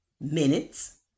minutes